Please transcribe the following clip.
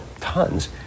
tons